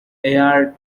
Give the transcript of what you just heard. aired